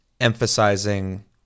emphasizing